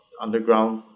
underground